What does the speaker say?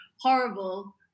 horrible